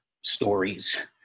stories